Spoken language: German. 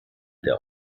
der